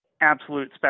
absolute